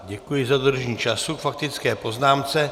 Děkuji za dodržení času k faktické poznámce.